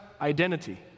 identity